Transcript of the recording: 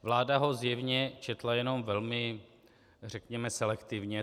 Vláda ho zjevně četla jenom velmi, řekněme, selektivně.